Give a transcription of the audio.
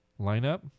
lineup